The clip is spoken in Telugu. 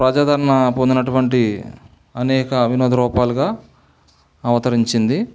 ప్రజాదరణ పొందినటువంటి అనేక వినోద రూపాలుగా అవతరించింది